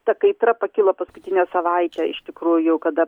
ta kaitra pakilo paskutinę savaitę iš tikrųjų kada